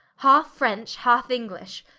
halfe french halfe english,